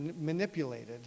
manipulated